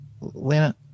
Lena